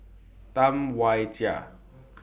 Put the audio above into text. Tam Wai Jia